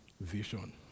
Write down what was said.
Vision